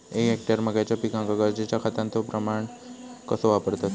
एक हेक्टर मक्याच्या पिकांका गरजेच्या खतांचो प्रमाण कसो वापरतत?